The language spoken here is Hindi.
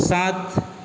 सात